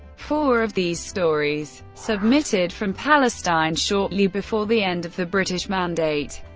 four of these stories, submitted from palestine shortly before the end of the british mandate,